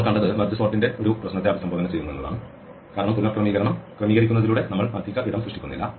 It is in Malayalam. നമ്മൾ കണ്ടത് മെർജ് സോർട്ടിന്റെ ഒരു പ്രശ്നത്തെ അഭിസംബോധന ചെയ്യുന്നു എന്നതാണ് കാരണം പുനക്രമീകരണം ക്രമീകരിക്കുന്നതിലൂടെ നമ്മൾ അധിക ഇടം സൃഷ്ടിക്കുന്നില്ല